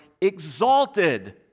exalted